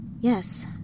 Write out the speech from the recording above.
Yes